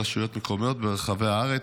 רשויות מקומיות ברחבי הארץ